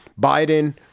Biden